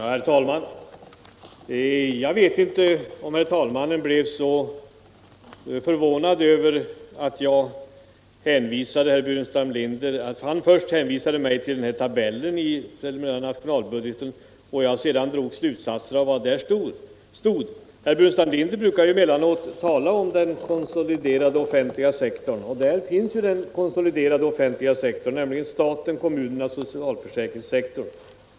Herr talman! Jag vet inte om herr talmannen blev så förvånad över att då herr Burenstam Linder hänvisade mig till tabellen i den preliminära nationalbudgeten så drog jag slutsatser av vad som där stod. Herr Burenstam Linder brukar emellanåt tala om den konsoliderade offentliga sektorn, och där finns denna sektor redovisad, nämligen staten, kommunerna och socialförsäkringssektorn.